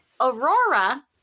Aurora